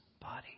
body